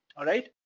alright?